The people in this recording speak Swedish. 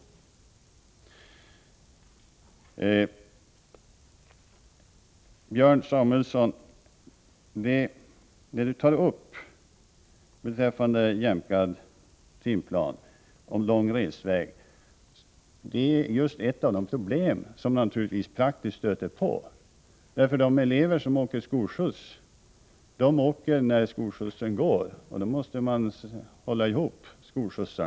Det Björn Samuelson tog upp beträffande jämkad timplan och lång resväg är just ett av de problem som man praktiskt stöter på. De elever som åker skolskjuts måste naturligtvis resa när skolskjutsen går. Skolskjutsarna måste hållas ihop på det sättet.